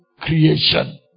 creation